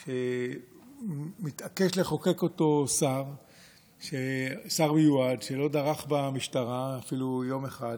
הוא חוק שמתעקש לחוקק אותו שר מיועד שלא דרך במשטרה אפילו יום אחד,